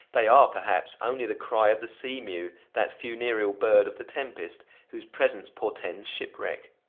they are, perhaps, only the cry of the sea-mew, that funereal bird of the tempest, whose presence portends shipwreck.